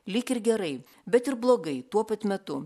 lyg ir gerai bet ir blogai tuo pat metu